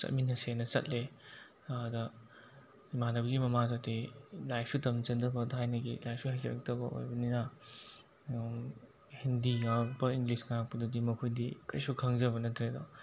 ꯆꯠꯃꯤꯟꯅꯁꯦꯅ ꯆꯠꯂꯦ ꯑꯥꯗ ꯏꯃꯥꯟꯅꯕꯒꯤ ꯃꯃꯥꯗꯨꯗꯤ ꯂꯥꯏꯔꯤꯛꯁꯨ ꯇꯝꯖꯗꯕ ꯊꯥꯏꯅꯒꯤ ꯂꯥꯏꯔꯤꯛꯁꯨ ꯍꯩꯖꯔꯛꯇꯕ ꯑꯣꯏꯕꯅꯤꯅ ꯍꯤꯟꯗꯤ ꯉꯥꯡꯉꯛꯄ ꯏꯪꯂꯤꯁ ꯉꯥꯡꯉꯛꯄꯗꯗꯤ ꯃꯈꯣꯏꯗꯤ ꯀꯔꯤꯁꯨ ꯈꯪꯖꯕ ꯅꯠꯇ꯭ꯔꯦꯗꯣ